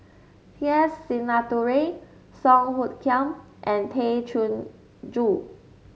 T S Sinnathuray Song Hoot Kiam and Tay Chin Joo